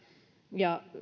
ja